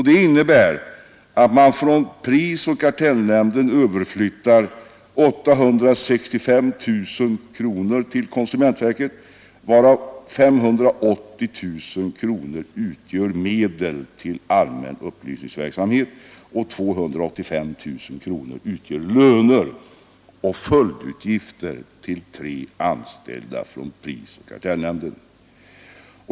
Det innebär att man från prisoch kartellnämnden överför 865 000 kronor till konsumentverket, varav 580 000 kronor utgör medel till allmän upplysningsverksamhet och 285 000 kronor löner och följdutgifter till tre anställda från prisoch kartellnämnden.